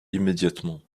immédiatement